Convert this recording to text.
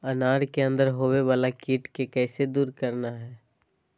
अनार के अंदर होवे वाला कीट के कैसे दूर करना है?